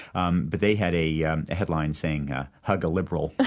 um but they had a yeah a headline saying hug a liberal. oh,